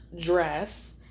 dress